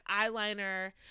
eyeliner